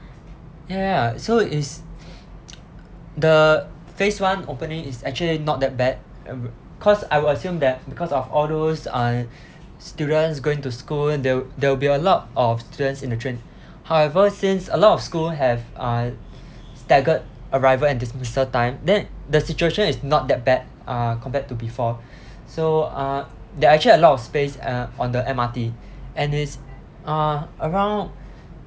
ya ya so it's the phase one opening is actually not that bad cause I would assume that because of all those uh students going to school then there there'll be a lot of students in the train however since a lot of school have uh staggered arrival and dismissal time then the situation is not that bad uh compared to before so uh they are actually a lot of space uh on the M_R_T and it's uh around